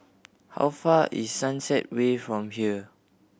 how far is Sunset Way from here